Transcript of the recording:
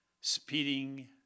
speeding